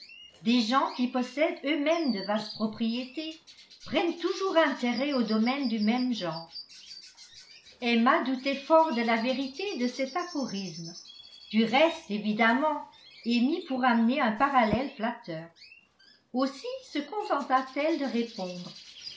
des gens qui possèdent eux-mêmes de vastes propriétés prennent toujours intérêt aux domaines du même genre emma doutait fort de la vérité de cet aphorisme du reste évidemment émis pour amener un parallèle flatteur aussi se contenta t elle de répondre